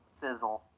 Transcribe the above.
Sizzle